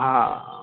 हा